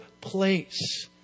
place